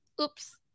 oops